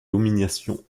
domination